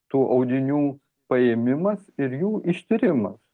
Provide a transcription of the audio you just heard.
tų audinių paėmimas ir jų ištyrimas